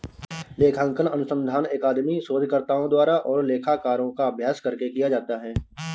लेखांकन अनुसंधान अकादमिक शोधकर्ताओं द्वारा और लेखाकारों का अभ्यास करके किया जाता है